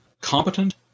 competent